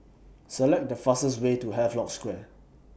Select The fastest Way to Havelock Square